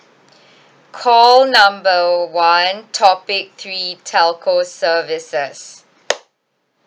call number one topic three telco services